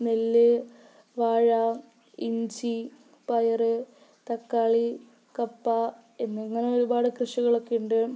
നെല്ല് വാഴ ഇഞ്ചി പയർ തക്കാളി കപ്പ എന്നിങ്ങനെ ഒരുപാട് കൃഷികളൊക്കെയുണ്ട്